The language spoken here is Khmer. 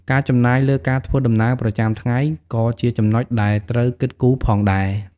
ការចំណាយលើការធ្វើដំណើរប្រចាំថ្ងៃ ក៏ជាចំណុចដែលត្រូវគិតគូរផងដែរ។